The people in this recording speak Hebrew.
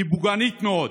היא פוגענית מאוד.